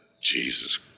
Jesus